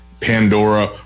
Pandora